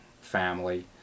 family